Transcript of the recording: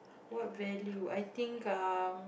what value I think um